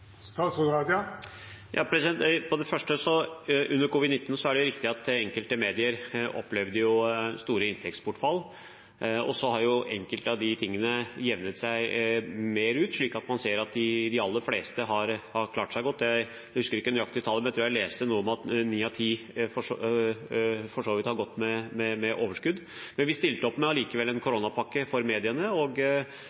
det første: Under covid-19 er det riktig at enkelte medier har opplevd store inntektsbortfall, og så har enkelte av de tingene jevnet seg mer ut, så man ser at de aller fleste har klart seg godt. Jeg husker ikke nøyaktige tall, men jeg tror jeg leste noe om at ni av ti for så vidt har gått med overskudd. Vi stilte likevel opp med en koronapakke for mediene – og jeg tror litt over 130 medier fikk delta i den pakken – og brukte ca. 92 mill. kr